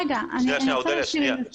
רגע, אני רוצה להשלים את המשפט.